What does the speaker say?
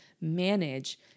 manage